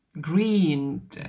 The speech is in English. green